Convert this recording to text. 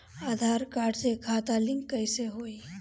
आधार card से खाता link कईसे होई?